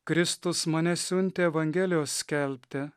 kristus mane siuntė evangelijos skelbti